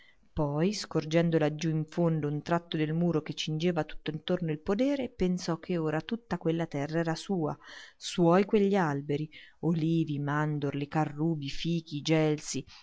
poi scorgendo laggiù in fondo un tratto del muro che cingeva tutt'intorno il podere pensò che ora tutta quella terra era sua suoi quegli alberi olivi mandorli carrubi fichi gelsi